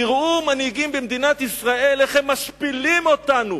תראו מנהיגים במדינת ישראל איך הם משפילים אותנו,